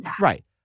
Right